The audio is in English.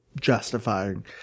justifying